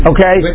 Okay